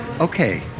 okay